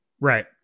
Right